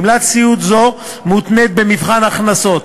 גמלת סיעוד זו מותנית במבחן הכנסות.